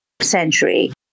century